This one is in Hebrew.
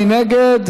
מי נגד?